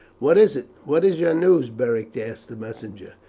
what is it? what is your news? beric asked the messenger.